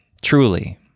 Truly